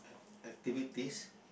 activities